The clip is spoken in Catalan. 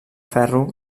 ferro